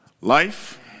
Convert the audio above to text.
Life